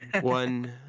One